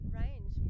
range